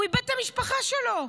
הוא איבד את המשפחה שלו.